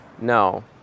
no